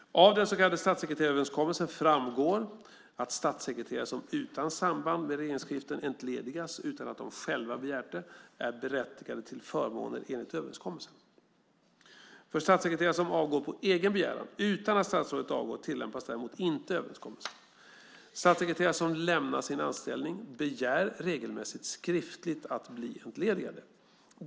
Av den så kallade statssekreteraröverenskommelsen framgår att statssekreterare som utan samband med regeringsskiften entledigas utan att de själva begärt det är berättigade till förmåner enligt överenskommelsen. För statssekreterare som avgår på egen begäran, utan att statsrådet avgår, tillämpas däremot inte överenskommelsen. Statssekreterare som lämnar sin anställning begär regelmässigt skriftligt att bli entledigade.